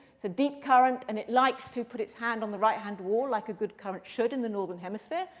the deep current. and it likes to put its hand on the right hand wall like a good current should in the northern hemisphere,